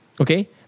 Okay